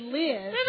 live